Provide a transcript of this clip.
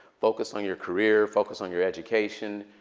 focus on your career. focus on your education.